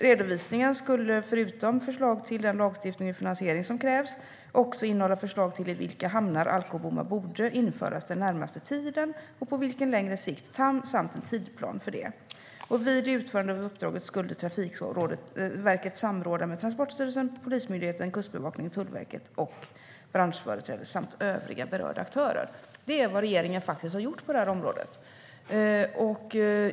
Redovisningen skulle, förutom förslag till den lagstiftning om finansiering som krävs, innehålla förslag till i vilka hamnar alkobommar borde införas den närmaste tiden och på vilken längre sikt samt en tidsplan för det. Vid utförandet av uppdrag skulle Trafikverket samråda med Transportstyrelsen, Polismyndigheten, Kustbevakningen, Tullverket och brandförsvaret samt övriga berörda aktörer. Det är vad regeringen faktiskt har gjort på det här området.